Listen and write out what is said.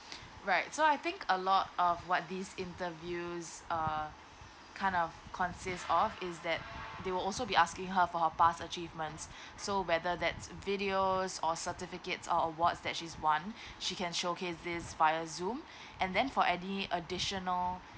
right so I think a lot of what these interviews uh kind of consists of is that they will also be asking her for her pass achievements so whether that's videos or certificates or awards that she won she can showcase these via zoom and then for any additional